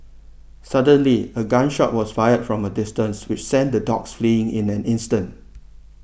suddenly a gun shot was fired from a distance which sent the dogs fleeing in an instant